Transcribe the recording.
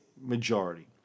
majority